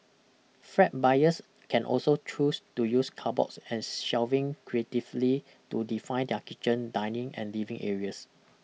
flat buyers can also choose to use cupboards and shelving creatively to define their kitchen dining and living areas